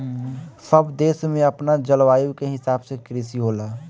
सब देश में अपना जलवायु के हिसाब से कृषि होला